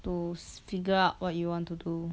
to s~ figure out what you want to do